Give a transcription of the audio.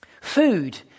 food